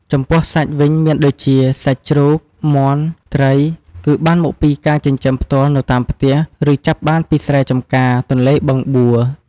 ចំពោះសាច់វិញមានដូចជា សាច់ជ្រូក មាន់ ត្រីគឺបានមកពីការចិញ្ចឹមផ្ទាល់នៅតាមផ្ទះ ឬចាប់បានពីស្រែចម្ការ ទន្លេ បឹងបួ។